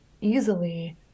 easily